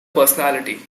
personality